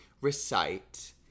recite